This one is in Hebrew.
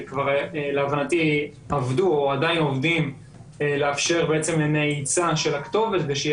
שלהבנתי עבדו או עדיין עובדים לאפשר נעיצה של הכתובת ושתהיה